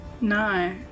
No